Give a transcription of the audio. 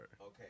Okay